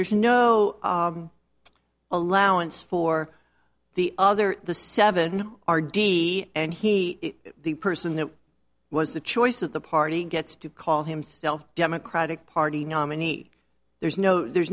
there's no allowance for the other the seven are d and he the person that was the choice of the party gets to call himself democratic party nominee there's no there's